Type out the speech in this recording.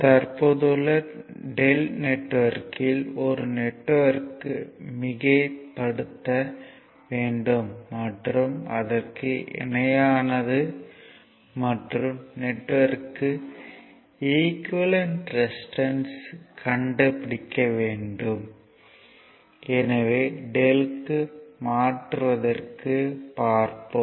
தற்போதுள்ள Δ நெட்வொர்க்கில் ஒரு நெட்வொர்க்கை மிகைப்படுத்த வேண்டும் மற்றும் அதற்கு இணையானது மற்றும் நெட்வொர்க்கில் ஈக்குவேலன்ட் ரெசிஸ்டன்ஸ்யைக் கண்டுபிடிக்க வேண்டும் எனவே Δ க்கு மாற்றுவதற்குப் பார்ப்போம்